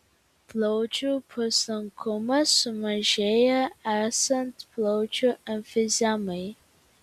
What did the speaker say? plaučių paslankumas sumažėja esant plaučių emfizemai